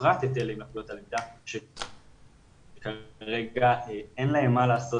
בפרט את אלה עם לקויות הלמידה שכרגע אין להם מה לעשות